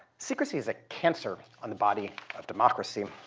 secrecy is a cancer on the body of democracy.